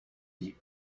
dis